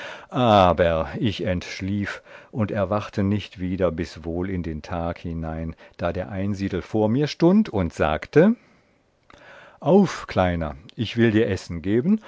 aber ich entschlief und erwachte nicht wieder bis wohl in den tag hinein da der einsiedel vor mir stund und sagte auf kleiner ich will dir essen geben